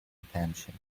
attention